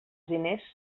diners